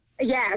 Yes